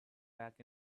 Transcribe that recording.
back